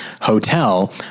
hotel